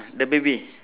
the baby